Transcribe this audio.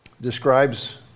describes